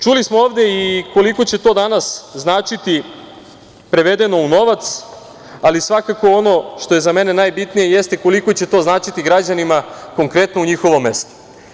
Čuli smo to ovde i koliko će to danas značiti prevedeno u novac, ali svakako ono što je za mene najbitnije jeste koliko će to značiti građanima konkretno u njihovom mestu.